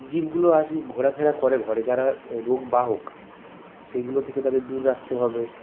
জীবগুলো আসে ঘোরাফেরা করে ঘরে যারা রোগবাহক সেইগুলো থেকে তাদের দূরে রাখতে হবে